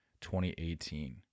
2018